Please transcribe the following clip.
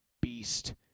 beast